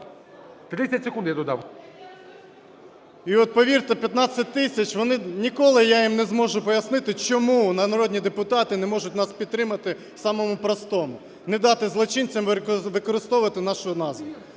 І от повірте, 15 тисяч вони ніколи, я їм не зможу пояснити, чому народні депутати не можуть нас підтримати в самому простому: не дати злочинцям використовувати нашу назву.